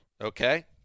Okay